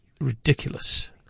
ridiculous